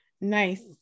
Nice